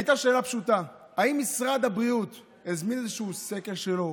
הייתה שאלה פשוטה: האם משרד הבריאות הזמין איזשהו סקר שלו,